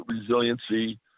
resiliency